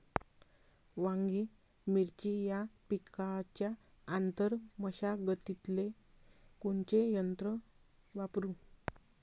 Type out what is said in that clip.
वांगे, मिरची या पिकाच्या आंतर मशागतीले कोनचे यंत्र वापरू?